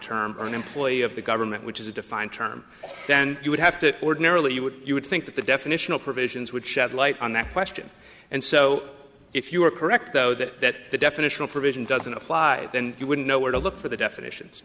term or an employee of the government which is a defined term then you would have to ordinarily you would you would think that the definitional provisions would shed light on that question and so if you are correct though that the definitional provision doesn't apply then you wouldn't know where to look for the definitions